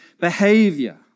behavior